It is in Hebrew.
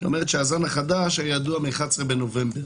שהזן החדש היה ידוע מ-11 בנובמבר